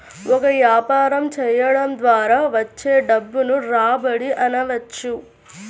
ఒక వ్యాపారం చేయడం ద్వారా వచ్చే డబ్బును రాబడి అనవచ్చు